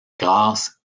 grasse